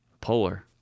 Polar